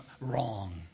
wrong